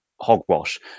hogwash